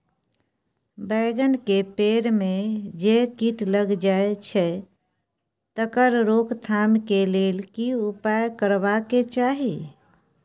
बैंगन के पेड़ म जे कीट लग जाय छै तकर रोक थाम के लेल की उपाय करबा के चाही?